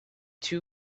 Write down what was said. two